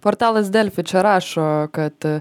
portalas delfi čia rašo kad